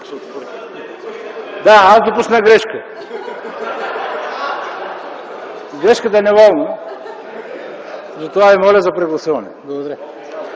Да, допуснах грешка. Грешката е неволна. Затова ви моля за прегласуване. Благодаря.